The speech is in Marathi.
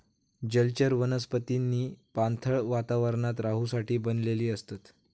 जलचर वनस्पतींनी पाणथळ वातावरणात रहूसाठी बनलेली असतत